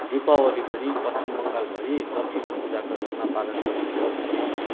दीपावली पनि पश्चिम बङ्गालभरि लक्ष्मी पूजाका रूपमा पालन गरिन्छन् भने